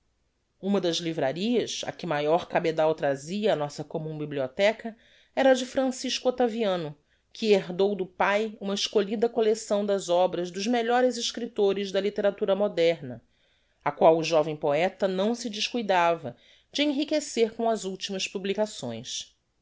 uma das livrarias a que maior cabedal trazia á nossa commum bibliotheca era de francisco octaviano que herdou do pai uma escolhida collecção das obras dos melhores escriptores da litteratura moderna a qual o jovem poeta não se descuidava de enriquecer com as ultimas publicações